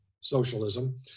socialism